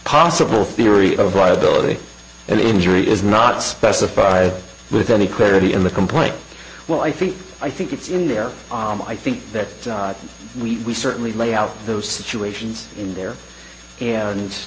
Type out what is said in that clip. possible theory of why ability and injury is not specified with any clarity in the complaint well i think i think it's in there i think that we certainly lay out those situations in there and